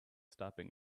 stopping